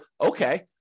okay